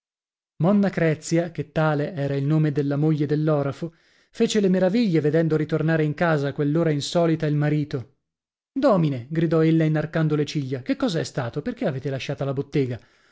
monna crezia che tale era il nome della moglie dell'orafo fece le meraviglie vedendo ritornare in casa a quell'ora insolita il marito domine gridò ella inarcando le ciglia che cos'è stato perchè avete lasciata la bottega